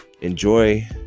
enjoy